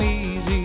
easy